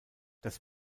das